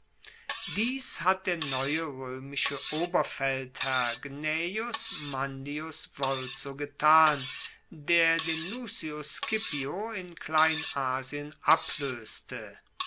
dies hat der neue roemische oberfeldherr gnaeus manlius volso getan der den lucius scipio in kleinasien abloeste